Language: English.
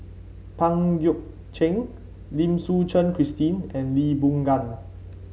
Pang Guek Cheng Lim Suchen Christine and Lee Boon Ngan